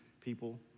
people